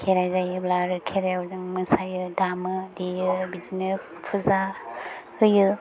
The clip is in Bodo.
खेराइ जायोब्ला आरो खेराइयाव जों मोसायो दामो देयो बिदिनो फुजा होयो